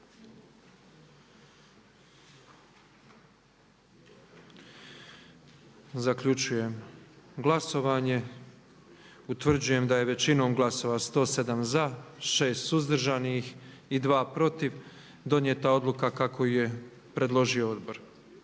je završeno. Utvrđujem da je većinom glasova, 118 za, jednim suzdržanim i tri protiv donešena odluka kako ju je predložio odbor.